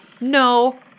no